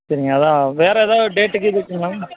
சரிங்க அதுதான் வேறு ஏதாவது டேட் கீட் இருக்குதுங்களா